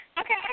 Okay